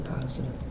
positive